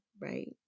right